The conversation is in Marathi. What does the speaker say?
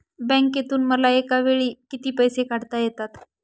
बँकेतून मला एकावेळी किती पैसे काढता येतात?